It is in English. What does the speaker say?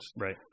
Right